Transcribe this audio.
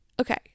Okay